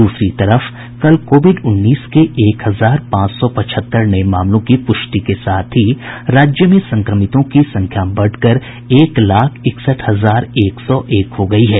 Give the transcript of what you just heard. दूसरी तरफ कल कोविड उन्नीस के एक हजार पांच सौ पचहत्तर नये मामलों की पुष्टि के साथ ही राज्य में संक्रमितों की संख्या बढ़कर एक लाख इकसठ हजार एक सौ एक हो गयी है